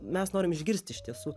mes norim išgirsti iš tiesų